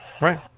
Right